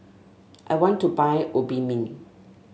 I want to buy Obimin